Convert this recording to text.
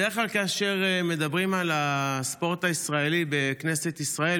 בדרך כלל כאשר מדברים על הספורט הישראלי בכנסת ישראל,